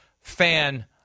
fan